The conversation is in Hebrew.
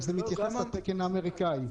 זה מתייחס לתקן האמריקאי.